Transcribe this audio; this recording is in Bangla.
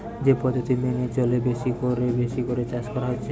যে পদ্ধতি মেনে চলে বেশি কোরে বেশি করে চাষ করা হচ্ছে